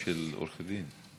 של עורכי דין?